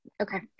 Okay